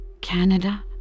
Canada